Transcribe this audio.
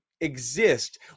exist